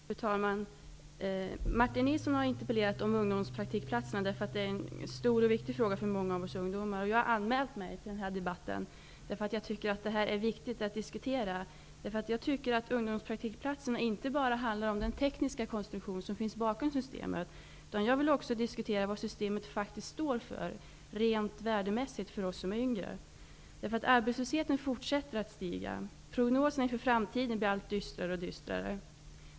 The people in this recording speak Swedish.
Fru talman! Martin Nilsson har interpellerat om ungdomspraktikplatserna därför att det är en stor och viktig fråga för många av oss ungdomar. Jag har anmält mig till den här debatten därför att jag tycker att det är viktigt att diskutera detta. Jag tycker att ungdomspraktikplatserna inte bara handlar om den tekniska konstruktion som finns bakom systemet. Jag vill också diskutera vad systemet faktiskt står för rent värdemässigt för oss som är yngre. Arbetslösheten fortsätter att stiga. Prognoserna inför framtiden blir allt dystrare.